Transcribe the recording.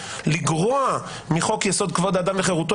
לגרוע מחוק יסוד: כבוד האדם וחירותו,